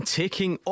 taking